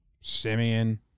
Simeon